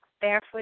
barefoot